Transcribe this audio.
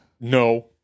No